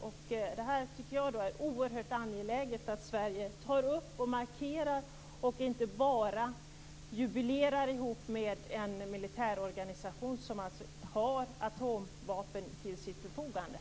Jag tycker att det är oerhört angeläget att Sverige tar upp och markerar detta och inte bara jubilerar ihop med en militärorganisation som alltså har atomvapen till sitt förfogande.